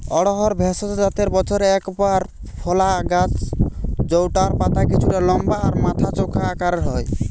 অড়হর ভেষজ জাতের বছরে একবার ফলা গাছ জউটার পাতা কিছুটা লম্বা আর মাথা চোখা আকারের হয়